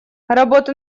работу